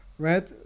Right